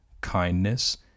kindness